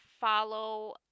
follow